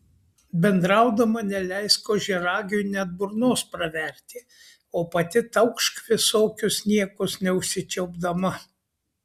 bendraudama neleisk ožiaragiui net burnos praverti o pati taukšk visokius niekus neužsičiaupdama